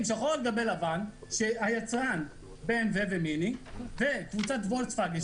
שחור על גבי לבן שהיצרן BMV ו- -- וקבוצת פולקסווגן,